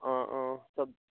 অঁ অঁ চব